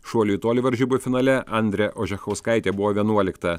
šuolių į tolį varžybų finale andrė ožechauskaitė buvo vienuolikta